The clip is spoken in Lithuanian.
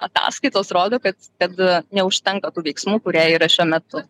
ataskaitos rodo kad kad neužtenka tų veiksmų kurie yra šiuo metu